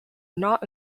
not